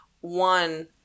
one